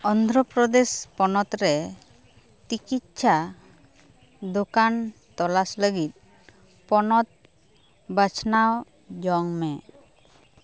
ᱚᱱᱰᱷᱚᱨᱚᱯᱨᱚᱫᱮᱥ ᱯᱚᱱᱚᱛ ᱨᱮ ᱛᱤᱠᱤᱪᱷᱟ ᱫᱳᱠᱟᱱ ᱛᱚᱞᱟᱥ ᱞᱟᱹᱜᱤᱫ ᱯᱚᱱᱚᱛ ᱵᱟᱪᱷᱱᱟᱣ ᱡᱚᱝ ᱢᱮ